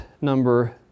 number